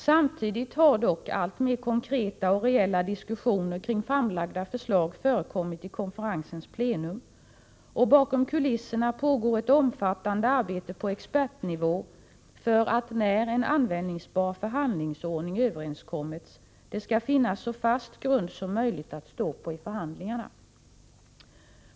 Samtidigt har dock alltmer konkreta och reella diskussioner om framlagda förslag förekommit i konferensens plenum, och bakom kulisserna pågår ett omfattande arbete på expertnivå för att det när en användningsbar förhandlingsordning har överenskommits skall finnas så fast grund som möjligt att stå på i förhandlingarna.